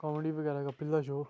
comedy बगैरा कपिल दा show